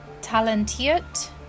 Talentiert